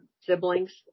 siblings